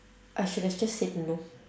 I should have just said no